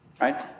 Right